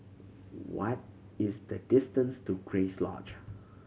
what is the distance to Grace Lodge